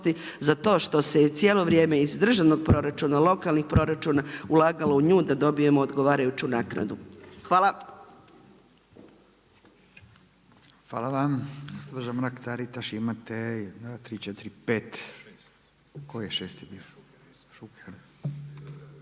za to što se je cijelo vrijeme iz državnog proračuna, lokalnih proračuna ulagalo u nju da dobijemo odgovarajuću naknadu. Hvala. **Radin,